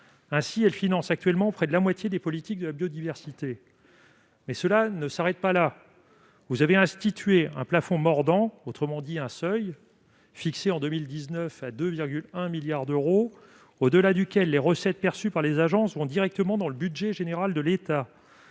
de l'eau financent actuellement près de la moitié des politiques de la biodiversité. Mais cela ne s'arrête pas là : vous avez institué un plafond mordant, autrement dit un seuil, fixé à 2,1 milliards d'euros en 2019, au-delà duquel les recettes perçues par les agences sont directement reversées au budget de l'État.